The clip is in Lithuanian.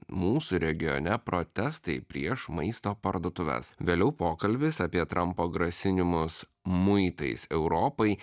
mūsų regione protestai prieš maisto parduotuves vėliau pokalbis apie trampo grasinimus muitais europai